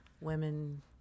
women